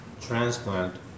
transplant